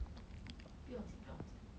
不用紧不用紧